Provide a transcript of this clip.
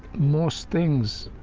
most things